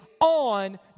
on